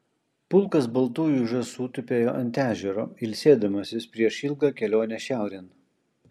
pulkas baltųjų žąsų tupėjo ant ežero ilsėdamasis prieš ilgą kelionę šiaurėn